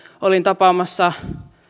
olin tapaamassa